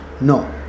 No